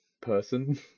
person